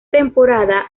temporada